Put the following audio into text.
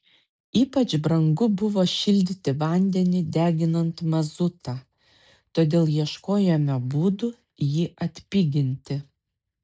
ypač brangu buvo šildyti vandenį deginant mazutą todėl ieškojome būdų jį atpiginti